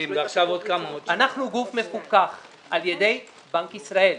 אנחנו גוף מפוקח על ידי בנק ישראל.